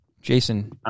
Jason